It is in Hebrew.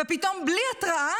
ופתאום בלי התראה